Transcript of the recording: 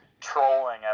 Trolling